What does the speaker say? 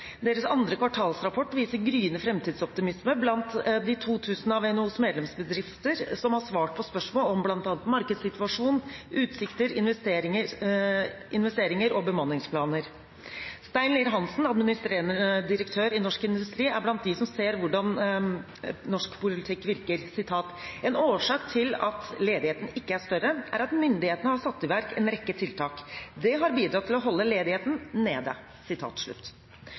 Deres andre kvartalsrapport viser gryende framtidsoptimisme blant de 2 000 av NHOs medlemsbedrifter som har svart på spørsmål om bl.a. markedssituasjon, utsikter, investeringer og bemanningsplaner. Stein Lier-Hansen, administrerende direktør i Norsk Industri, er blant dem som ser hvordan norsk politikk virker: «En årsak til at ledigheten ikke er større, er at myndighetene har satt i verk en rekke tiltak. Det har bidratt til å holde ledigheten nede.»